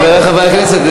חברי חברי הכנסת,